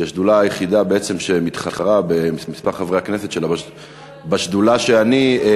שהיא השדולה היחידה בעצם שמתחרה במספר חברי הכנסת שלה בשדולה שאני,